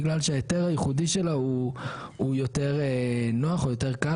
בגלל שההיתר הייחודי שלה הוא יותר נוח או קל,